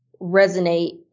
resonate